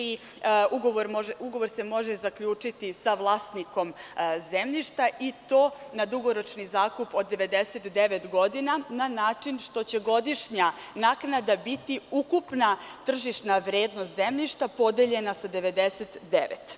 Ugovor se može zaključiti sa vlasnikom zemljišta, i to na dugoročni zakup od 99 godina, na način što će godišnja naknada biti ukupna tržišna vrednost zemljišta podeljena sa 99.